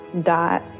dot